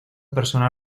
persona